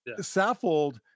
Saffold